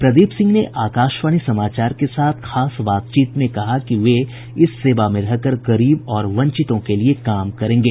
प्रदीप सिंह ने आकाशवाणी समाचार के साथ खास बातचीत में कहा कि वे इस सेवा में रहकर गरीब और वंचितों के लिए काम करेंगे